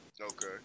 Okay